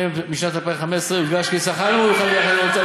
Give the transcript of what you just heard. בשנת 2015. הודגש כי שכר נמוך במיוחד ביחס לממוצע